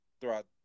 throughout